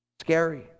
scary